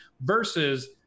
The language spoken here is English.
versus